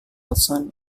watson